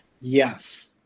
Yes